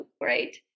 great